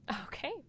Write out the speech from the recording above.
Okay